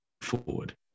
forward